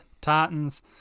Titans